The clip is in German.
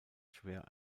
schwer